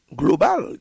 global